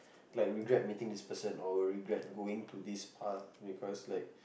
like regret meeting this person or regret going to this path because like